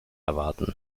erwarten